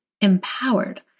empowered